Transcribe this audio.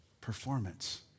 performance